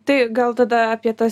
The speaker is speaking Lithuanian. tai gal tada apie tas